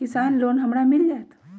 किसान लोन हमरा मिल जायत?